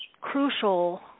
crucial